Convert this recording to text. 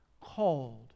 called